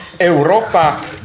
Europa